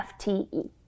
FTE